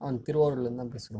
ஆ திருவாரூர்லேருந்து தான் பேசுகிறோம்